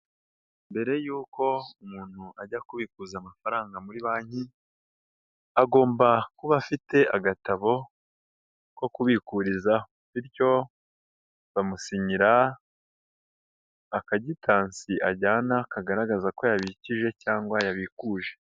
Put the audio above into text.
Mbere y uko umuntu ajya kubikuza amafaranga muri banki, agomba kuba afite agatabo ko kubikurizaho. Bityo bamusinyira akagitansi ajyana kagaragaza ko yabikije cyangwa yabikuje.